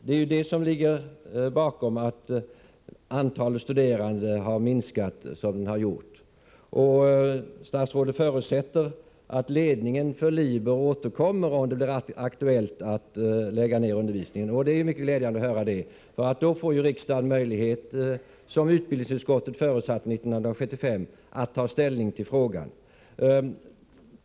Det är det som gör att antalet studerande inom korrespondensundervisningen har minskat så mycket. Statsrådet förutsätter att bolagsledningen vid Liber Grafiska AB återkommer, om det blir aktuellt att lägga ned undervisningen vid Hermods. Det är mycket glädjande att höra detta. Då får riksdagen möjlighet — som utbildningsutskottet förutsatte 1975 — att ta ställning i denna fråga.